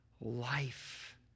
life